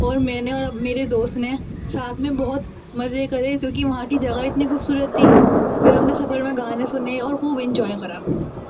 اور میں نے اور اب میرے دوست نے ساتھ میں بہت مزے کرے کیونکہ وہاں کی جگہ اتنی خوبصورت تھی پھر ہم نے سفر میں گانے سنے اور خوب انجوائے کرا